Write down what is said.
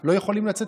מלא בלא מעט שקרים